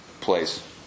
Place